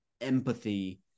empathy